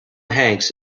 hanks